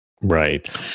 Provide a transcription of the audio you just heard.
Right